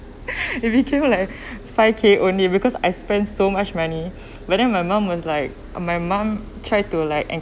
it became like five K only because I spend so much money but then my mum was like my mum tried to like